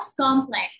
complex